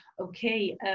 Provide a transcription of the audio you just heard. okay